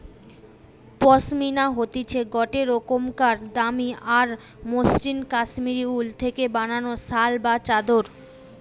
পশমিনা হতিছে গটে রোকমকার দামি আর মসৃন কাশ্মীরি উল থেকে বানানো শাল বা চাদর